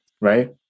Right